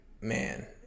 man